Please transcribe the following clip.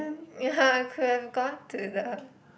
ya I could have gone to the